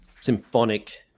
symphonic